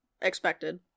expected